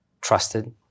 trusted